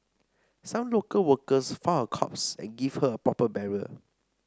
some local workers found her corpse and gave her a proper burial